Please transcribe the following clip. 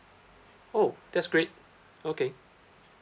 oh that's great okay